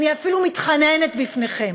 אני אפילו מתחננת בפניכם,